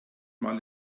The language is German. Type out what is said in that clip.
mal